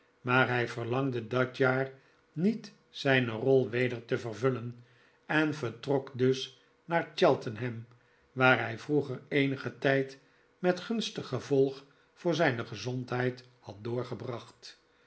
maar hij verlangde dat jaar niet zijne rol weder te vervullen en vertrok dus naar cheltenham waar hij vroeger eenigen tijd met gunstig gevolg voor zijne gezondheid had doorgebracht